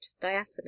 diaphanous